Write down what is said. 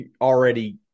already